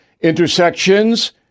Intersections